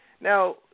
Now